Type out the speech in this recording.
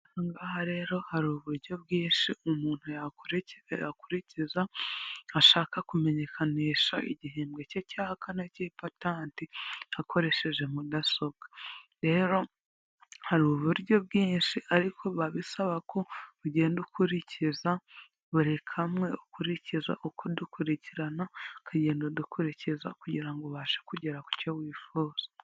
Aha ngaha rero hari uburyo bwinshi umuntu akurikiza ashaka kumenyekanisha igihembwe cye cya kane cy'ipatanti akoresheje mudasobwa, rero hari uburyo bwinshi ariko biba bisaba ko ugenda ukurikiza buri kamwe ukurikiza uko dukurikirana ukagenda udukurikiza kugira ngo ubashe kugera ku cyo wifuza.